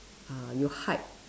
ah you hide